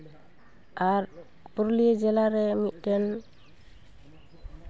ᱟᱨ ᱯᱩᱨᱩᱞᱤᱭᱟᱹ ᱡᱮᱞᱟᱨᱮ ᱢᱤᱫᱴᱮᱱ